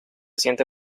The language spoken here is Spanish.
siente